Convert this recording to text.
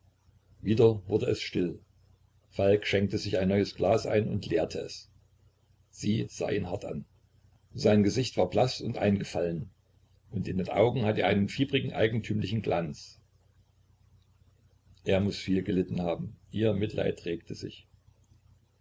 wieder wurde es still falk schenkte sich ein neues glas ein und leerte es sie sah ihn hart an sein gesicht war blaß und eingefallen und in den augen hatte er einen fiebrigen eigentümlichen glanz er muß viel gelitten haben ihr mitleid regte sich